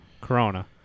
corona